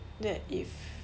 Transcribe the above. that if